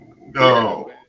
no